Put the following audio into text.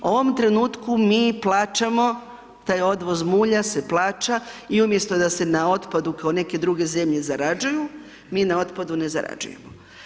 U ovom trenutku mi plaćamo taj odvoz mulja se plaća i umjesto da se na otpadu kao neke druge zemlje zarađuje, mi na otpadu ne zarađujemo.